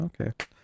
okay